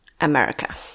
America